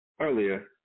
earlier